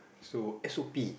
so s_o_p